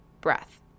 breath